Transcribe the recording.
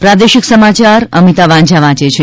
પ્રાદેશિક સમાચાર અમિતા વાંઝા વાંચે છે